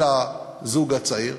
אל הזוג הצעיר.